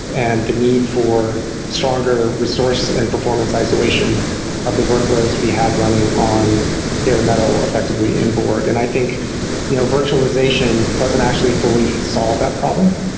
and the need for stronger resource and performance isolation of the workloads we had running on bare metal effectively in borg. and i think you know virtualization doesn't actually fully solve that problem.